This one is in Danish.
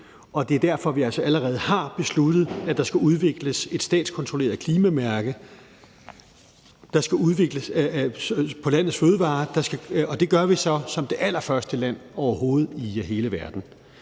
og det er derfor, vi altså allerede har besluttet, at der skal udvikles et statskontrolleret klimamærke på landets fødevarer, og det gør vi så som det allerførste land overhovedet i hele verden.